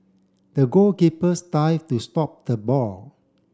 the goalkeepers dive to stop the ball